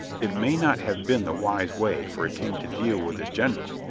it may not have been the wise way for a king to deal with his general,